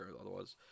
otherwise